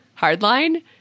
Hardline